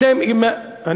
אתם, למה?